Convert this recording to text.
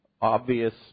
obvious